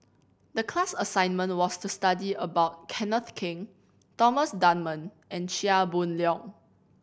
the class assignment was to study about Kenneth Keng Thomas Dunman and Chia Boon Leong